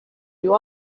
you